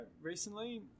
recently